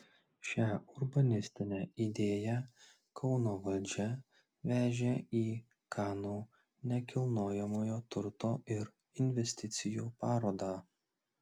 šią urbanistinę idėją kauno valdžia vežė į kanų nekilnojamojo turto ir investicijų parodą